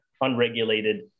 unregulated